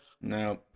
No